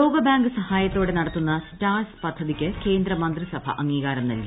ലോകബാങ്ക് സഹായത്തോടെ നടത്തുന്ന സ്റ്റാർസ് പദ്ധതിക്ക് കേന്ദ്ര മന്ത്രിസഭ അംഗീകാരം നൽകി